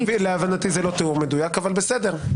להבנתי זה לא תיאור מדויק, אבל בסדר.